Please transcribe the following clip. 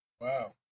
wow